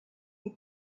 for